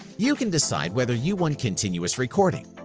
you can decide whether you want continuous recording,